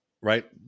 right